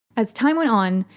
as time went on,